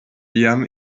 liam